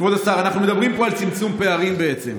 כבוד השר, אנחנו מדברים פה על צמצום פערים, בעצם.